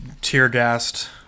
tear-gassed